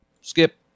Skip